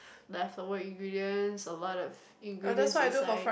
leftover ingredients a lot of ingredients inside